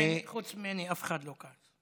חוץ ממני אף אחד לא כאן.